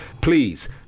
Please